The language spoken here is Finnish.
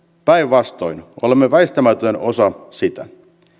päinvastoin olemme väistämätön osa sitä